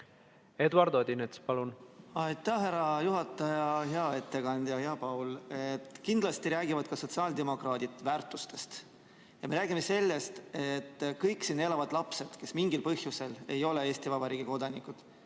Eduard Odinets, palun! Aitäh, härra juhataja! Hea ettekandja, hea Paul! Kindlasti räägivad ka sotsiaaldemokraadid väärtustest. Me räägime sellest, et kõik siin elavad lapsed, kes mingil põhjusel ei ole Eesti Vabariigi kodanikud,